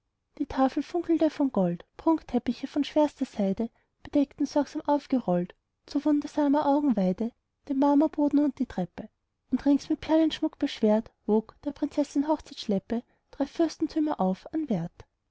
die tafel funkelte von gold prunkteppiche von schwerster seide bedeckten sorgsam aufgerollt zu wundersamer augenweide den marmorboden und die treppe und rings mit perlenschmuck beschwert wog der prinzessin hochzeitsschleppe drei fürstentümer auf an wert